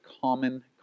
common